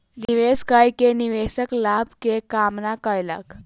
निवेश कय के निवेशक लाभ के कामना कयलक